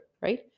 Right